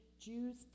Jews